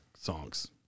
songs